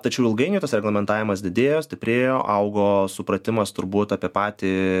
tačiau ilgainiui tas reglamentavimas didėjo stiprėjo augo supratimas turbūt apie patį